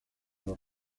los